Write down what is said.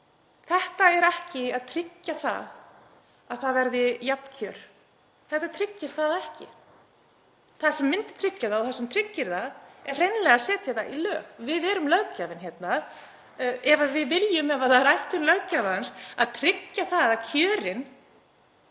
Þetta er ekki að tryggja að það verði jöfn kjör, þetta tryggir það ekki. Það sem myndi tryggja það og það sem tryggir það er hreinlega að setja það í lög. Við erum löggjafinn hérna. Ef það er ætlun löggjafans að tryggja að kjörin